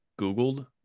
Googled